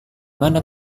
mana